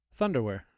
Thunderwear